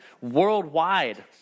worldwide